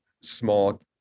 small